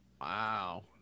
Wow